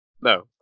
No